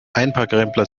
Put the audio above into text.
einparkrempler